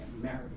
married